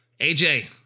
AJ